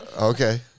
Okay